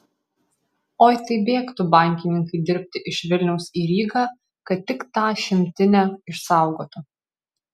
oi tai bėgtų bankininkai dirbti iš vilniaus į rygą kad tik tą šimtinę išsaugotų